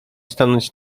stanąć